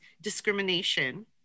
discrimination